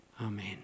Amen